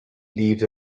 leaves